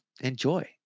enjoy